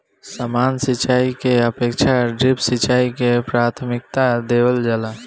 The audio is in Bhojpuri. सामान्य सिंचाई के अपेक्षा ड्रिप सिंचाई के प्राथमिकता देवल जाला